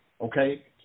okay